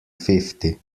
fifty